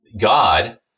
God